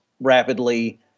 rapidly